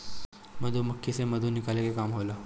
मधुमक्खी से मधु निकाले के काम होला